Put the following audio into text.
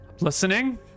Listening